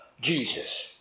Jesus